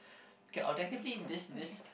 okay objectively this this